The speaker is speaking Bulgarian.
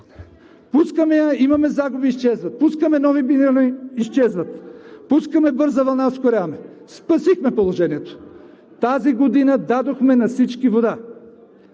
Пускаме я, имаме загуби – изчезват, пускаме нови – изчезват, пускаме бърза вълна – ускоряваме. Спасихме положението. Тази година дадохме на всички вода